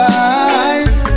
eyes